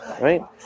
right